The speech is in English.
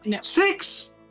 Six